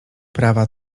prawa